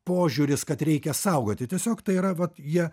požiūris kad reikia saugoti tiesiog tai yra vat jie